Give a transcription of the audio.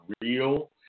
real